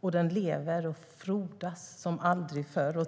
och den lever och frodas som aldrig förr.